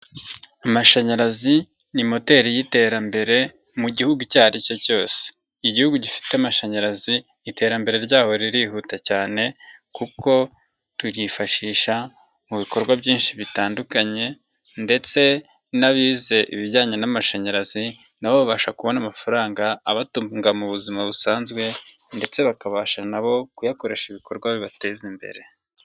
Amashanyarazi ni moteri y'iterambere mu gihugu icyo aricyo cyose, igihugu gifite amashanyarazi iterambere ryabo ririhuta cyane kuko tuyifashisha mu bikorwa byinshi bitandukanye ndetse n'abize ibijyanye n'amashanyarazi nabo babasha kubona amafaranga abatunga mu buzima busanzwe ndetse bakabasha nabo kuyakoresha ibikorwa bibateza imbere.